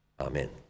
Amen